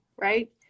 right